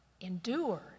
endured